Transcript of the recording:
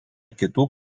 kitų